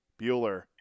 Bueller